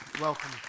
welcome